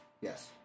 Yes